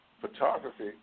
photography